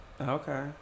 Okay